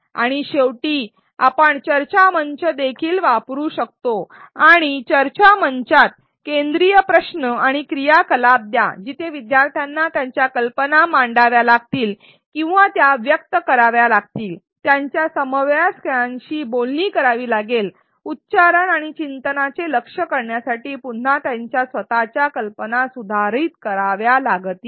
आणि शेवटी आपण चर्चा मंच देखील वापरू शकतो आणि चर्चा मंचात केंद्रित प्रश्न आणि क्रियाकलाप द्या जिथे शिकणाऱ्यांना त्यांच्या कल्पना मांडाव्या लागतील किंवा त्या व्यक्त कराव्या लागतील त्यांच्या समवयस्कांशी बोलणी करावी लागेल उच्चारण आणि चिंतनाचे लक्ष्य करण्यासाठी पुन्हा त्यांच्या स्वतःच्या कल्पना सुधारित कराव्या लागतील